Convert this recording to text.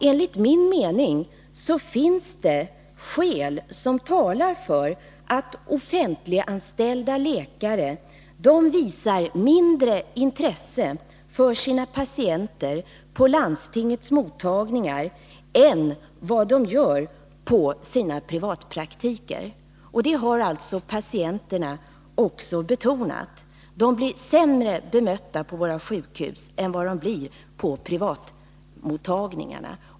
Enligt min mening finns det skäl som talar för att offentliganställda läkare visar mindre intresse för sina patienter på landstingets mottagningar än vad de gör på sina privatpraktiker. Också från patienthåll har betonats att man blir sämre bemött på våra sjukhus än vad man blir på privatmottagningarna.